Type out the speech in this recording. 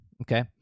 okay